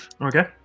Okay